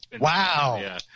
Wow